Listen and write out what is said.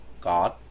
God